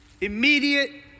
immediate